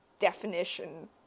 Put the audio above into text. definition